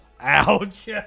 Ouch